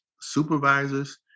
supervisors